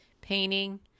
painting